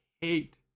hate